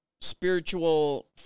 spiritual